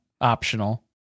optional